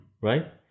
right